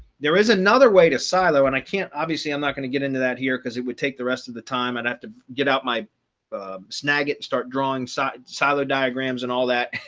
there is another way to silo and i can't obviously i'm not going to get into that here because it would take the rest of the time, i'd have to get out my snag and start drawing side siloed diagrams and all that.